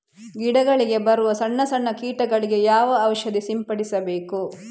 ಗಿಡಗಳಿಗೆ ಬರುವ ಸಣ್ಣ ಸಣ್ಣ ಕೀಟಗಳಿಗೆ ಯಾವ ಔಷಧ ಸಿಂಪಡಿಸಬೇಕು?